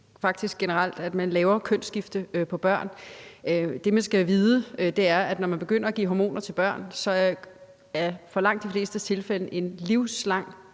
uetisk, at man foretager kønsskifte på børn. Det, man skal vide, er, at når man begynder at give hormoner til børn, er det for langt de flestes tilfælde en livslang